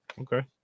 Okay